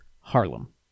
Harlem